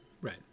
Right